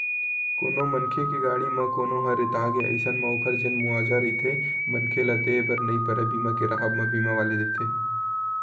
कोनो मनखे के गाड़ी म कोनो ह रेतागे अइसन म ओखर जेन मुवाजा रहिथे मनखे ल देय बर नइ परय बीमा के राहब म बीमा वाले देथे